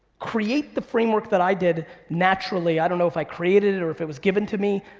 create the framework that i did naturally, i don't know if i created it or if it was given to me,